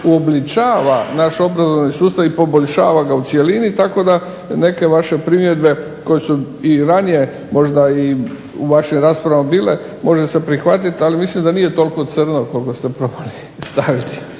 uobličava naš obrazovni sustav i poboljšava ga u cjelini tako da neke vaše primjedbe koje su i ranije možda i u vašim raspravama bile može se prihvatiti ali mislim da nije toliko crno koliko ste probali postaviti.